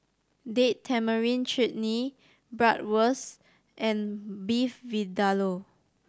Date Tamarind Chutney Bratwurst and Beef Vindaloo